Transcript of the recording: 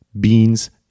beans